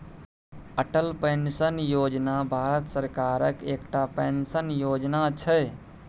Atal pension Yojana Bharat सरकारक एकटा pension Yojana छै